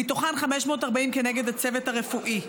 ומתוכן 540 כנגד הצוות הרפואי,